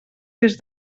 des